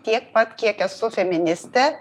tiek pat kiek esu feministė